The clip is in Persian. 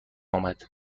آمد